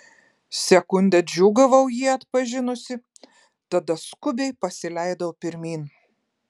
sekundę džiūgavau jį atpažinusi tada skubiai pasileidau pirmyn